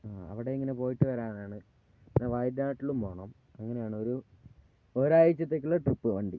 ആ അവിടെയിങ്ങനെ പോയിട്ട് വരാനാണ് പിന്നെ വയനാട്ടിലും പോകണം അങ്ങനെയാണ് ഒരു ഒരാഴ്ചത്തേക്കുള്ള ട്രിപ്പ് വണ്ടി